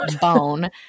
bone